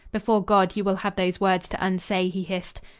before god, you will have those words to unsay, he hissed.